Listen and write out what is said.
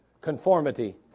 conformity